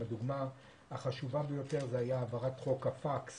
הדוגמה החשובה ביותר היא העברת חוק הפקס